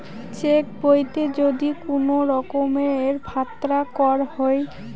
check বইতে যদি কুনো রকমের ফাত্রা কর হই